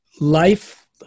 life